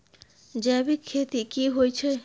जैविक खेती की होए छै?